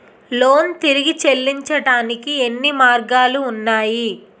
Loan తిరిగి చెల్లించటానికి ఎన్ని మార్గాలు ఉన్నాయి?